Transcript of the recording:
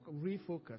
refocus